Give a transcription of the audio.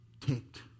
ticked